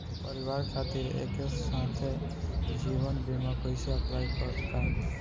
परिवार खातिर एके साथे जीवन बीमा कैसे अप्लाई कर पाएम?